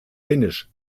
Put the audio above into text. finnisch